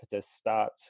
start